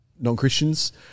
non-christians